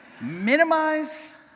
Minimize